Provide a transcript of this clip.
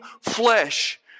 flesh